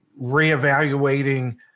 reevaluating